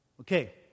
Okay